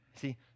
See